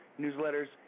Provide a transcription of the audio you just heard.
newsletters